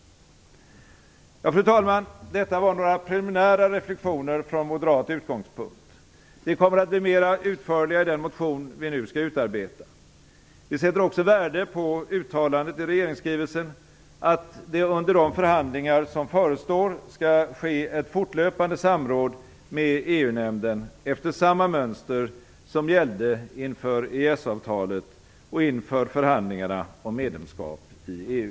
Fru talman! Detta var några preliminära reflexioner från moderat utgångspunkt. Vi kommer att bli mera utförliga i den motion vi nu skall utarbeta. Vi sätter också värde på uttalandet i regeringsskrivelsen att det under de förhandlingar som förestår skall ske ett fortlöpande samråd med EU-nämnden efter samma mönster som gällde inför EES-avtalet och inför förhandlingarna om medlemskap i EU.